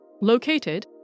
Located